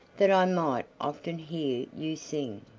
that i might often hear you sing!